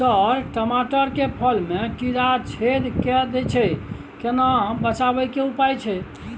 Sir टमाटर के फल में कीरा छेद के दैय छैय बचाबै के केना उपाय छैय?